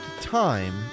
time